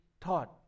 taught